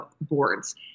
boards